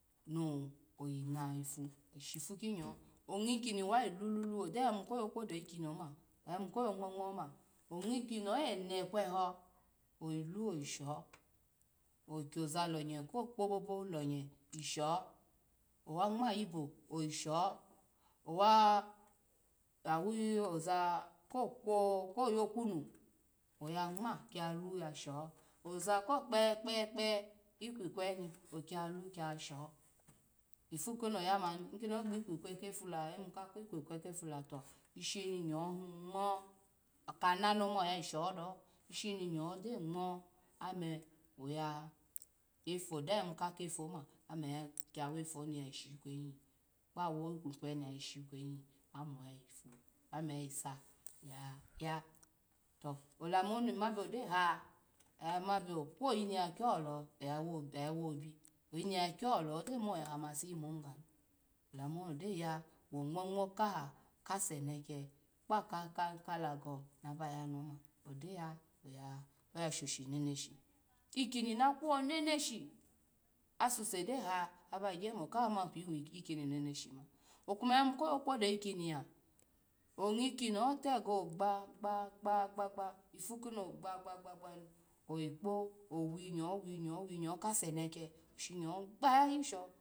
No yina shifu kunyo onwo kini wayi lolo gyo yayimu koyo kwodu ikini oma oyayi mu koyo ngm ngni oma ongmakimho ene kwo aho ovilo oyisho okyaza lonye ko kpa babolo nye sho owa ngm ayibo oyisho owa-dawiy oza ko kwo koyo kunu oya ngma kiyalo yavisho oza kokpeye kpye kpe kwikem okiyalo yayisho ifu koni oyamani ogbe kwike kefula oyayi mu ka kikwike kefa la to ishini nyi ni gyo ngm ome oye ikino ogyo yayi mu ka kefu ma oye kyowefu oni ya shi kweyihi kpawo dube oni yashi kweyi in ome oya yi sa ome oya yisa ya ya to olamoni ny ma bio gyo ha ama bio kwo yiniya kwoloho oya oya wobi oyiniya kwloho gyo moyaha simuhi ganu lamuni ogyo ya ongm ongma kaha kaseneke kpa kaka lago na bayanoma gyo ya oya shoshi neneshi ikini nakwo neneshi asuse gyoha abagya mo kai oma pwi kuni neneshima okuma yimu koyo kwodu ikini ya onwkiniho tego ogba gba gba gba ifu kimi ogba gba oyikpo owinyo winyo winyo ka se neke shinyo gba yayi sho.